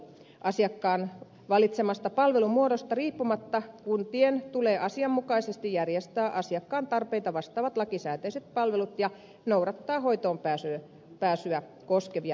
asiakkaan valitsemasta palvelumuodosta riippumatta kuntien tulee asianmukaisesti järjestää asiakkaan tarpeita vastaavat lakisääteiset palvelut ja noudattaa hoitoonpääsyä koskevia määräaikoja